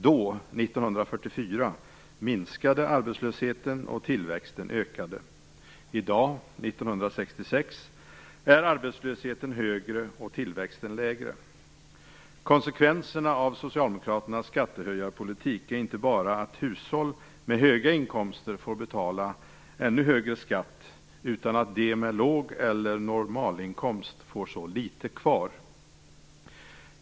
Då, 1994, minskade arbetslösheten och ökade tillväxten. I dag, 1996, är arbetslösheten högre och tillväxten lägre. Konsekvenserna av Socialdemokraternas skattehöjarpolitik är inte bara att hushåll med höga inkomster får betala ännu högre skatt, utan att de med låg eller normal inkomst får så litet kvar.